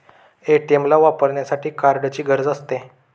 ATM ला वापरण्यासाठी कार्डची गरज असते